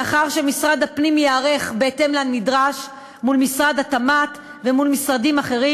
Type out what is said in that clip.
לאחר שמשרד הפנים ייערך בהתאם לנדרש מול משרד התמ"ת ומול משרדים אחרים.